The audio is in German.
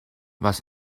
was